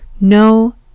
No